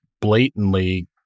blatantly